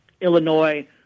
Illinois